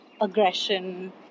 aggression